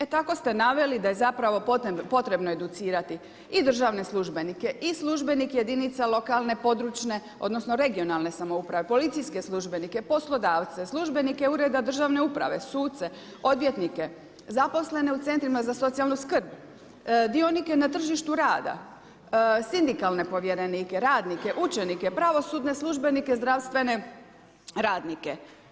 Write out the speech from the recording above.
E tako ste naveli da je zapravo potrebno educirati i državne službenike i službenike jedinica lokalne područne, odnosno, regionalne samouprave, policijske službenike, poslodavce, službenike ureda državne uprave, suce, odvjetnike, zaposlene u centrima za socijalnu skrb, dionike na tržištu rada, sindikalne povjerenike, radnike, učenike, pravosudne službenike, zdravstvene radnike.